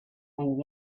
and